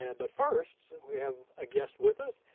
yeah but first, we have a guest with us,